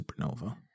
Supernova